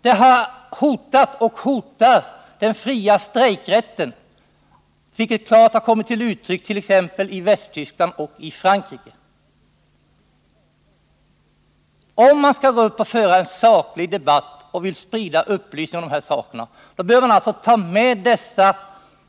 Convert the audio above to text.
Det har hotat och hotar den fria strejkrätten, vilket kommit till klart uttryck i bl.a. Västtyskland och Frankrike. Om man skall föra en saklig debatt och sprida upplysning om dessa saker bör man alltså ta med dessa